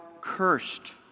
cursed